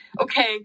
okay